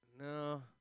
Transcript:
No